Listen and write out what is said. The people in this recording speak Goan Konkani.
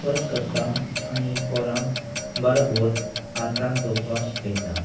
स्वश करता आनी पोरक बरोबोर हातान दवपाक शिकयता